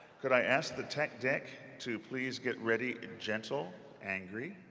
could i ask the tech deck to please get ready and gentle angry?